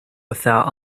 without